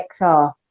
xr